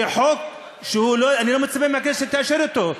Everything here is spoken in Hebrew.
זה חוק שאני לא מצפה מהכנסת שתאשר אותו.